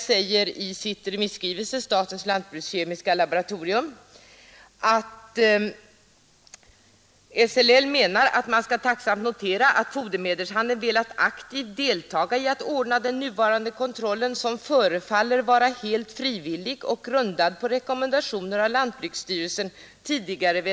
Men i sin remisskrivelse säger statens lantbrukskemiska laboratorium följande: ”SLL menar att man skall tacksamt notera att fodermedelshandeln velat aktivt deltaga i att ordna den nuvarande kontrollen, som förefaller vara helt frivillig och grundad på rekommendationer av lantbruksstyrelsen .